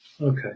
okay